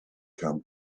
come